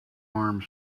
armed